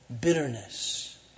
bitterness